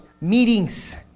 meetings